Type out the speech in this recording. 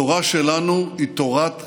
התורה שלנו היא תורת חיים,